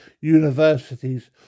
universities